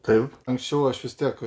taip anksčiau aš vis tiek